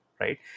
Right